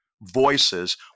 voices